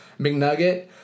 McNugget